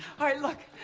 all right look.